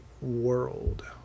World